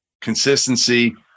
consistency